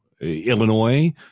Illinois